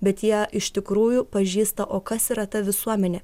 bet jie iš tikrųjų pažįsta o kas yra ta visuomenė